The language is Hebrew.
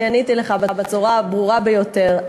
אני עניתי לך בצורה הברורה ביותר: